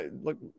look